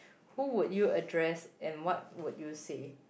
who would you address and what would you say